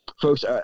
Folks